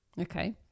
Okay